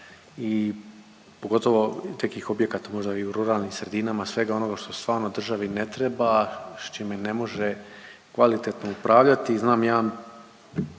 i pogotovo nekih objekata, možda i u ruralnim sredinama, svega onoga što stvarno državi ne treba, s čime ne može kvalitetno upravljati i znam jedan